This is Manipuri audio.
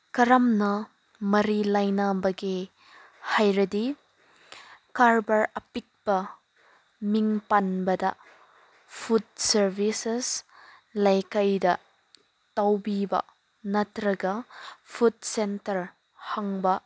ꯀꯔꯝꯅ ꯃꯔꯤ ꯂꯩꯅꯕꯒꯦ ꯍꯥꯏꯔꯗꯤ ꯀꯔꯕꯥꯔ ꯑꯄꯤꯛꯄ ꯃꯤꯡ ꯄꯟꯕꯗ ꯐꯨꯠ ꯁꯥꯔꯕꯤꯁꯦꯁ ꯂꯩꯀꯥꯏꯗ ꯇꯧꯕꯤꯕ ꯅꯠꯇ꯭ꯔꯒ ꯐꯨꯠ ꯁꯦꯟꯇꯔ ꯍꯥꯡꯕ